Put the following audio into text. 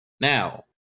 Now